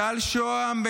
טל שוהם,